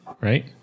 right